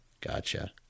Gotcha